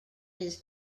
his